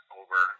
over